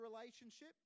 relationship